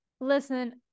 Listen